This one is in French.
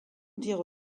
dire